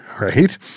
right